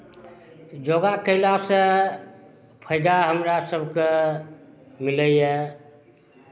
योगा कयलासँ फाइदा हमरा सभकेँ मिलैए